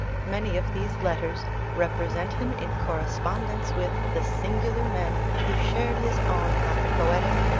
many of these letters represent him in correspondence with the singular men who shared his own half poetic,